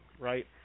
right